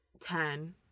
Ten